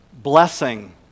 Blessing